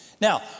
Now